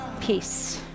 Peace